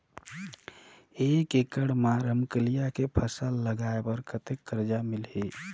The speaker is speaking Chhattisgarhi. एक एकड़ मा रमकेलिया के फसल लगाय बार कतेक कर्जा मिलही?